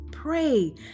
Pray